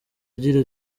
agira